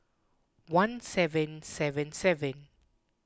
one seven seven seven